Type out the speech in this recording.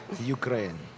Ukraine